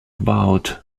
about